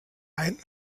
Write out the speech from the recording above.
ein